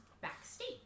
backstage